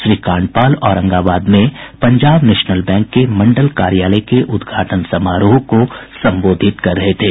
श्री कांडपाल औरंगाबाद में Punjab National Bank के मंडल कार्यालय के उद्घाटन समारोह को संबोधित कर रहे थे